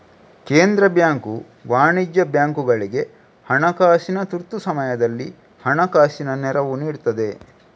ಕೇಂದ್ರ ಬ್ಯಾಂಕು ವಾಣಿಜ್ಯ ಬ್ಯಾಂಕುಗಳಿಗೆ ಹಣಕಾಸಿನ ತುರ್ತು ಸಮಯದಲ್ಲಿ ಹಣಕಾಸಿನ ನೆರವು ನೀಡ್ತದೆ